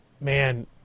man